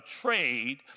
trade